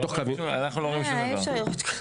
משהו חשוב שמלווה את העניין הזה זה הנושא של תעסוקה.